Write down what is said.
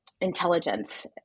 intelligence